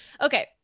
Okay